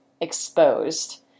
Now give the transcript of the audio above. exposed